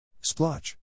splotch